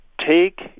Take